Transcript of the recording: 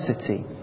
city